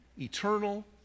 eternal